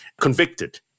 convicted